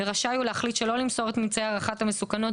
ורשאי הוא להחליט שלא למסור את ממצאי הערכת המסוכנות,